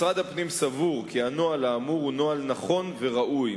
משרד הפנים סבור כי הנוהל האמור הוא נוהל נכון וראוי.